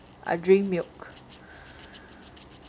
I drink milk